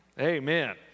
Amen